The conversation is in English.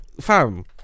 Fam